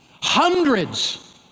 hundreds